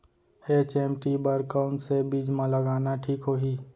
HMT बर कौन से बीज मा लगाना ठीक होही?